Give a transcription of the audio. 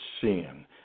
sin